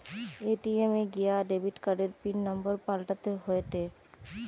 ATM এ গিয়া debit কার্ডের পিন নম্বর পাল্টাতে হয়েটে